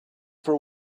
for